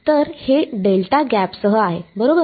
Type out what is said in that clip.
तर हे डेल्टा गॅपसह आहे बरोबर